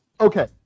okay